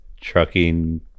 trucking